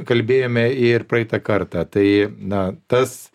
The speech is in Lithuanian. kalbėjome ir praeitą kartą tai na tas